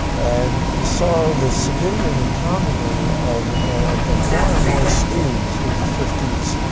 and we saw the civilian economy of america more and more skewed through the fifty s.